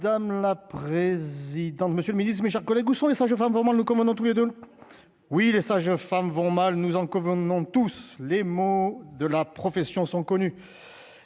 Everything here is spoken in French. Madame la présidente, monsieur le Ministre, mes chers collègues, où sont les sages-femmes vraiment le commandant tous les deux oui les sages femmes vont mal, nous en convenons tous les maux de la profession sont connus